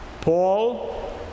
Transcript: Paul